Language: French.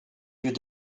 lieux